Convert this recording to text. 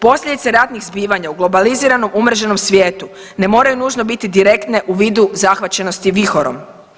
Posljedice ratnih zbivanja u globaliziranom umreženom svijetu ne moraju nužno biti direktne u vidu zahvaćenosti vihorom.